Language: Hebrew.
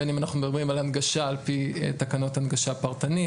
בין אם אנחנו מדברים על הנגשה על פי תקנות הנגשה פרטנית,